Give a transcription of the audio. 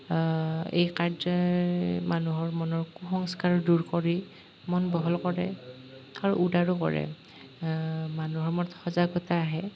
এই কাৰ্য্যই মানুহৰ মনৰ কু সংস্কাৰ দূৰ কৰি মন বহল কৰে আৰু উদাৰো কৰে মানুহৰ মনত সজাগতা আহে